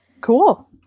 Cool